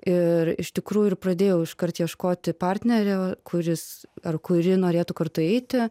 ir iš tikrųjų ir pradėjau iškart ieškoti partnerio kuris ar kuri norėtų kartu eiti